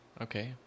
Okay